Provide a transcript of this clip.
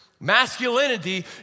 masculinity